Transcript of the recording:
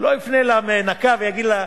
הוא לא יפנה אל המנקה ויגיד לה: